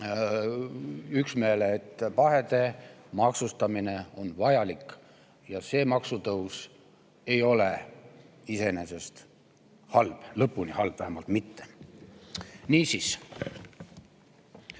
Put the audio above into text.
üksmeelele, et pahede maksustamine on vajalik. Ja see maksutõus ei ole iseenesest halb, lõpuni halb vähemalt mitte. Niisiis,